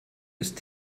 ist